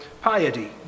piety